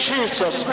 Jesus